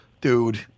dude